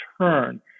turn